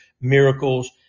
miracles